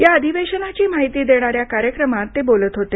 या अधिवेशनाची माहिती देणाऱ्या कार्यक्रमात ते बोलत होते